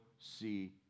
see